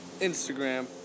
Instagram